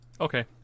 okay